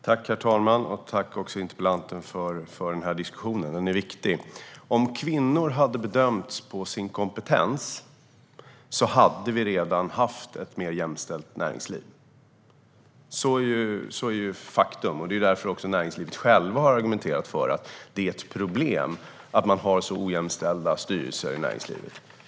Herr talman! Tack till interpellanten för den här diskussionen! Den är viktig. Om kvinnor hade bedömts efter sin kompetens hade vi redan haft ett mer jämställt näringsliv. Det är ett faktum, och det är också därför näringslivet själva har argumenterat för att det är ett problem att man har så ojämställda styrelser i näringslivet.